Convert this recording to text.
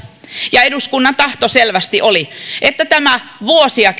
ja eduskunnan tahto selvästi oli että tämä vuosia